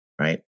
right